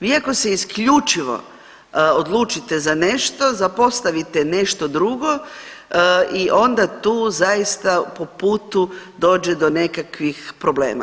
Vi ako se isključivo odlučite za nešto, zapostavite nešto drugo i onda tu zaista po putu dođe do nekakvih problema.